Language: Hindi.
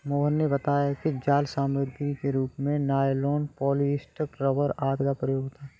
मोहन ने बताया कि जाल सामग्री के रूप में नाइलॉन, पॉलीस्टर, रबर आदि का प्रयोग होता है